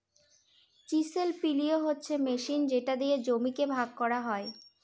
chisel plough হচ্ছে machine যেটা দিয়ে জমিকে ভাগ করা হয়